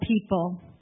people